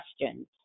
questions